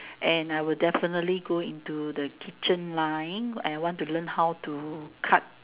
and I will definitely go into the kitchen line and I want to learn how to cut